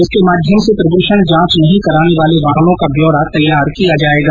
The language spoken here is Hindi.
इसके माध्यम से प्रदूषण जांच नहीं कराने वार्ल वाहनों का ब्योरा तैयार किया जायेगा